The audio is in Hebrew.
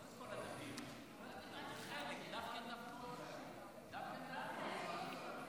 כנסת נכבדה, בראש ובראשונה,